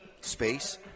space